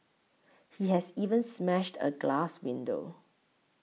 he has even smashed a glass window